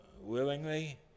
willingly